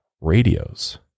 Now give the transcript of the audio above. radios